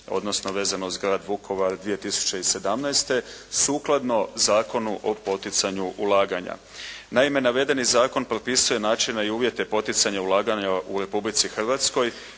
odnosno vezano uz grad Vukovar 2017. sukladno Zakonu o poticanju ulaganja. Naime, navedeni zakon propisuje načine i uvjete poticanja ulaganja u Republici Hrvatskoj